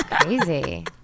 Crazy